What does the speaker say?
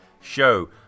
show